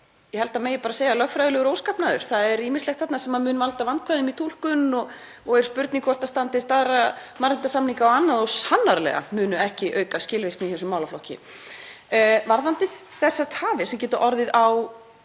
er, held ég að megi segja, lögfræðilegur óskapnaður. Það er ýmislegt þarna sem mun valda vandkvæðum í túlkun og er spurning hvort standist mannréttindasamninga og annað og sannarlega mun þetta ekki auka skilvirkni í þessum málaflokki. Varðandi þær tafir sem orðið